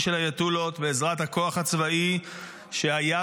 של האייתוללות בעזרת הכוח הצבאי שהיה,